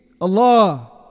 Allah